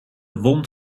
wond